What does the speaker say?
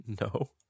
No